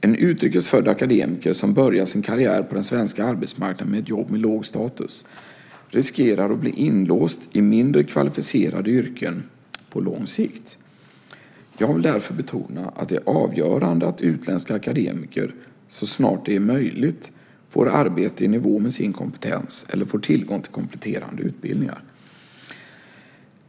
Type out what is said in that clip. En utrikes född akademiker som börjar sin karriär på den svenska arbetsmarknaden med ett jobb med låg status riskerar att bli inlåst i mindre kvalificerade yrken på lång sikt. Jag vill därför betona att det är avgörande att utländska akademiker så snart det är möjligt får arbete i nivå med sin kompetens eller får tillgång till kompletterande utbildningar.